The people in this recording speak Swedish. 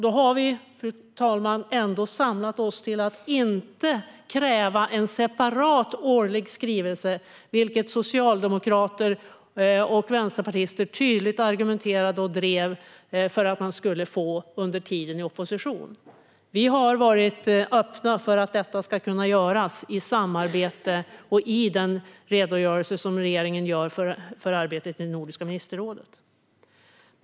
Då har vi, fru talman, ändå samlat oss till att inte kräva en separat årlig skrivelse, vilket socialdemokrater och vänsterpartister under tiden i opposition tydligt argumenterade för och drev att man skulle få. Vi har varit öppna för att detta ska kunna göras i samarbete och i den redogörelse som regeringen gör för arbetet i Nordiska ministerrådet.